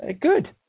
Good